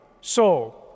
So